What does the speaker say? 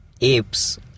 apes